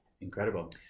incredible